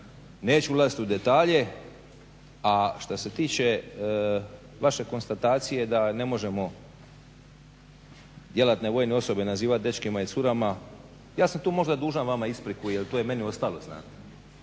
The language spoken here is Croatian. Neću ulaziti u detalje, a što se tiče vaše konstatacije da ne možemo djelatne vojne osobe nazivati dečkima i curama, ja sam tu možda dužan vama ispriku jer to je meni ostalo znate